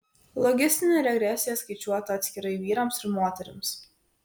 logistinė regresija skaičiuota atskirai vyrams ir moterims